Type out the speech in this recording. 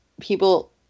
people